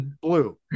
blue